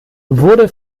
wurde